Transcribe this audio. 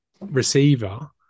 receiver